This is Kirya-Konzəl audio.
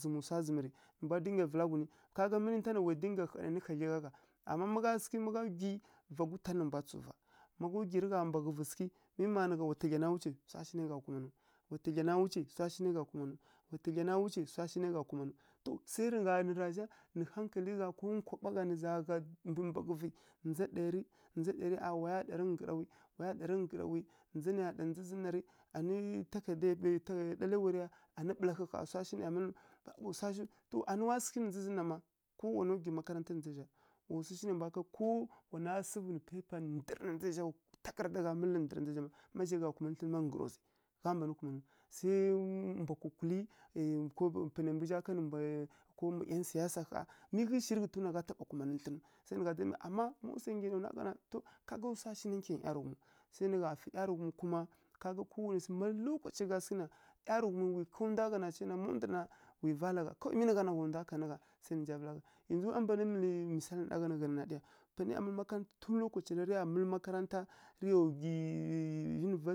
zǝmǝ swa zǝmǝ ri, nǝ mbwa dinga vǝla gunǝ ka ga ninta na wa dinga hanairǝ hadlyi ghá gha. Ama ma gha sǝghǝ má gha nwi va gutan nǝ mbwa tsǝw va, ma gha gwi rǝ gha mbaghǝvǝ sǝghǝ mi mma nǝ gha wa tǝdlya na wuce swa shi nai gha kumanǝw, wa tǝdlya na wucǝ swa nai gha kumanǝ, wa tǝdlya na wuce swa shi nai gha kumanǝw, to sai nǝ gha nǝ razha nǝ hankali gha ko nkwaɓa ghá gha mbǝmbaghǝvǝ, ndza ɗaya ri, ndza ɗaya ri, a waya ɗarǝ nggǝrowi, waya ɗarǝ nggǝrowi, ndza nǝya ɗa na ndza zǝn na rǝ anǝ ɗaraiwalǝ ya anǝ wa sǝghǝ na ndza zǝn na ma ko wana gwi makaranta na ndza zǝ zha ko wana sǝvu nǝ paipa ndǝrǝ wa takarǝda gha mǝlǝ ndǝrǝ na ndza zǝ zha ma zhai gha kumǝ thlǝn ma nggǝro zǝ, gha mban kumanǝw sai mbwa kukulǝ ˈyan siyasa ƙh mi ghǝi shirǝ ghǝtǝnǝw na gha taɓa kuma nǝ thlǝnǝw ma swa nggyi ya nǝya nwa gha na ká ga swa shi na nggyangǝ ˈyarǝghumǝw, sai nǝ gha fǝ ˈyarǝghum kuma ka ga kowanai swi ma lokaci za sǝghǝ na ˈyarǝghumi rǝ kaw ndwa gha nai vala gha mi nǝ gha na wa ndwa kan gha tun lokaca rǝ ya mǝlǝ makaranta